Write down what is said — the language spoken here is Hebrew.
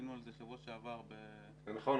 היינו על זה בשבוע שעבר --- זה נכון,